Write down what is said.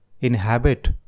inhabit